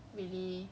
so I don't know